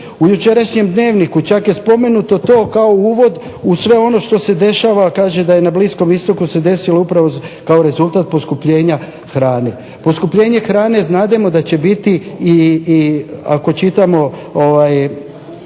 u jučerašnjem Dnevniku čak je spomenuto to kao uvod u sve ono što se dešava, kaže da na Bliskom Istoku se desilo upravo kao rezultat poskupljenja hrane. Poskupljenje hrane znademo da će biti i ako čitamo